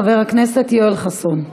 חבר הכנסת יואל חסון.